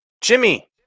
jimmy